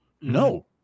No